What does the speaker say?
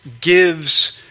gives